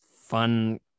fun